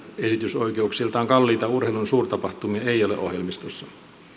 esitysoikeuksiltaan kalliita urheilun suurtapahtumia ei ole ohjelmistossa